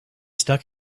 stuck